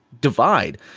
divide